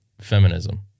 feminism